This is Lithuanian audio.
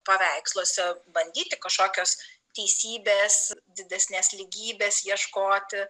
paveiksluose bandyti kažkokios teisybės didesnės lygybės ieškoti